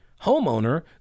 homeowner